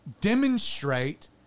demonstrate